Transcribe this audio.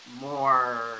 more